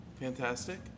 Fantastic